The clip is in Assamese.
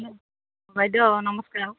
হেল্ল' বাইদেউ নমস্কাৰ